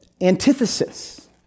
antithesis